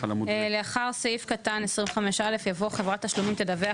לאחר סעיף קטן 25(א) יבוא: "חברת תשלומים תדווח